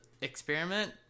experiment